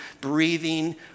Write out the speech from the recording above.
breathing